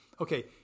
Okay